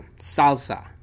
salsa